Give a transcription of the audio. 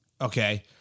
Okay